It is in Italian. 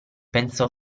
pensò